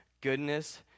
goodness